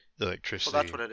electricity